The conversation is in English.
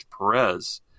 Perez